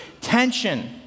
tension